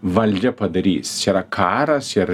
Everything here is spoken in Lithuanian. valdžia padarys čia yra karas čia yra